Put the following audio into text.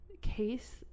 case